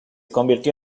convirtió